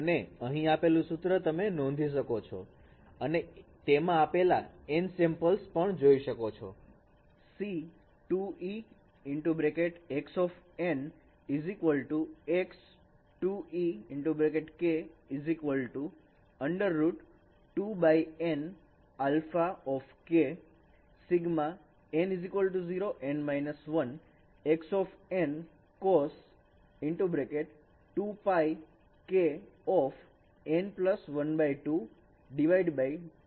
અને અહીં આપેલું સૂત્ર તમે નોંધી શકો છો અને એમાં આપેલા N સેમ્પલ્સ જોઈ શકો છો